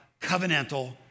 covenantal